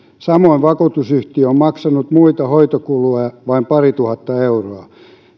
samoin vakuutusyhtiö on maksanut muita hoitokuluja vain parituhatta euroa